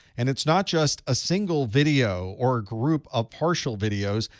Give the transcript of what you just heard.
and it's not just a single video or a group of partial videos.